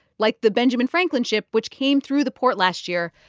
like the benjamin franklin ship which came through the port last year.